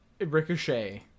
Ricochet